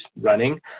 running